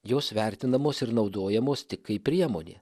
jos vertinamos ir naudojamos tik kaip priemonė